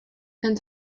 and